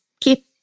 keep